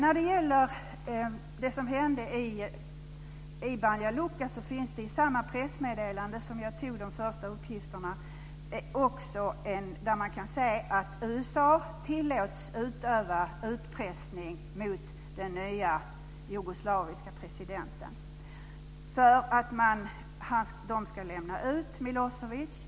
Vad gäller det som hände i Banja Luca vill jag också säga att det i samma pressmeddelande som jag hämtade de första uppgifterna från också framhålls att USA tillåts utöva utpressning mot den nye jugoslaviske presidenten för att denne ska lämna ut Milosevic.